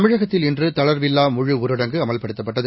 தமிழகத்தில் இன்றுதளர்வுஇல்லாதமுழுஊரடங்குஅமல்படுத்தப்பட்டது